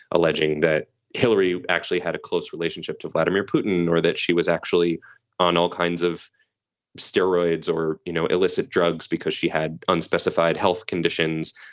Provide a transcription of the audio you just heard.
alleging that hillary actually had a close relationship to vladimir putin or that she was actually on all kinds of steroids or, you know, illicit drugs because she had unspecified health conditions.